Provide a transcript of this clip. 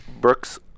Brooks